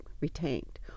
retained